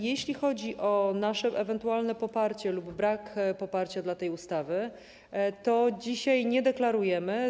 Jeśli chodzi o nasze ewentualne poparcie lub brak poparcia dla tej ustawy, to dzisiaj tego nie deklarujemy.